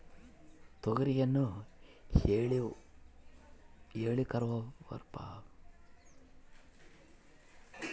ತೋಗರಿಯಲ್ಲಿ ಹೇಲಿಕವರ್ಪ ಕೇಟವನ್ನು ಹೇಗೆ ನಿಯಂತ್ರಿಸಬೇಕು?